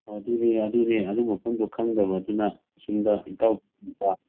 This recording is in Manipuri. ꯍꯣ ꯑꯗꯨꯒꯤ ꯑꯗꯨ ꯃꯐꯝꯗꯣ ꯈꯪꯗꯕ ꯑꯗꯨꯅ ꯁꯣꯝꯗ ꯏꯇꯥꯎꯗ